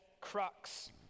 crux